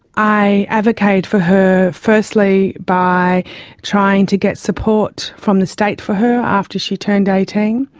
i advocated for her firstly by trying to get support from the state for her after she turned eighteen.